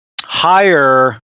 higher